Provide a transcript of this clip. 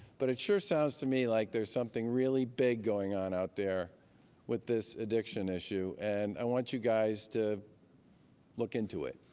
but it sure sounds to me like there's something really big going on out there with this addiction issue. and i want you guys to look into it.